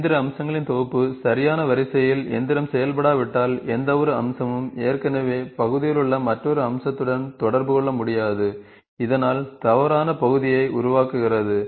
எந்திர அம்சங்களின் தொகுப்பு சரியான வரிசையில் இயந்திரம் செய்யப்படாவிட்டால் எந்தவொரு அம்சமும் ஏற்கனவே பகுதியிலுள்ள மற்றொரு அம்சத்துடன் தொடர்பு கொள்ள முடியாது இதனால் தவறான பகுதியை உருவாக்குகிறது